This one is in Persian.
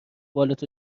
بالت